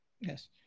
Yes